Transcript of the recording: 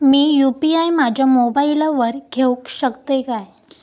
मी UPI माझ्या मोबाईलावर घेवक शकतय काय?